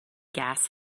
gas